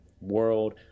world